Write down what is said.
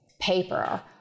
paper